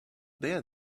there